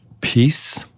Peace